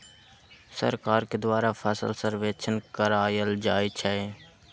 सरकार के द्वारा फसल सर्वेक्षण करायल जाइ छइ